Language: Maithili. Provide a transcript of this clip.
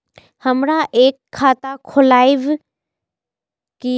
हमरा एक खाता खोलाबई के ये?